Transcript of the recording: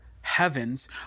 heavens